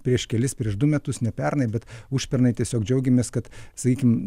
prieš kelis prieš du metus ne pernai bet užpernai tiesiog džiaugiamės kad sakykim